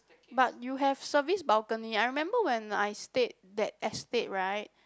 but you have service balcony I remember when I stayed that estate right